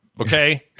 okay